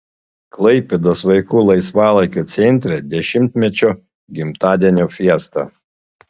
klaipėdos vaikų laisvalaikio centre dešimtmečio gimtadienio fiesta